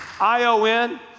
ION